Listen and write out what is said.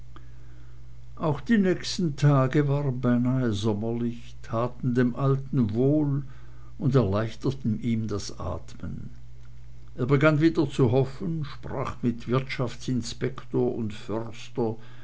auch die nächsten tage waren beinahe sommerlich taten dem alten wohl und erleichterten ihm das atmen er begann wieder zu hoffen sprach mit wirtschaftsinspektor und förster